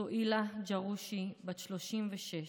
סוהילה ג'רושי, בת 36,